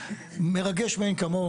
מרגש מאין כמוהו,